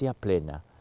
plena